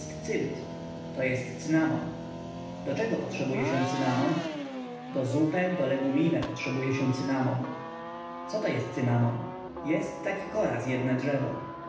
to jest cynamon do czego potrzebuje się cynamon do zupę do legumine potrzebuje się cynanomcynamon coto jest cynamon jest taki kora z jedne drzewo